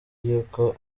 y’uko